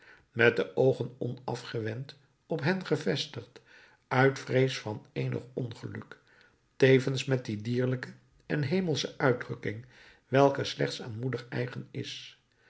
met de oogen onafgewend op hen gevestigd uit vrees van eenig ongeluk tevens met die dierlijke en hemelsche uitdrukking welke slechts aan moeders eigen is